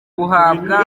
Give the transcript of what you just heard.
buhabwa